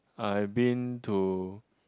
I been to